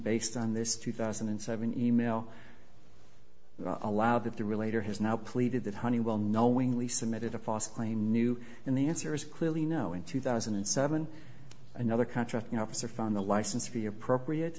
based on this two thousand and seven e mail allow that the relator has now pleaded that honeywell knowingly submitted a foss claim new in the answer is clearly no in two thousand and seven another contracting officer found the license fee appropriate